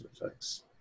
effects